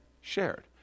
shared